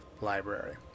library